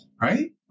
right